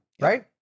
Right